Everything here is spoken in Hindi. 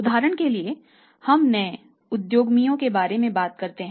उदाहरण के लिए हम नए उद्यमियों के बारे में बात करते हैं